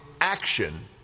action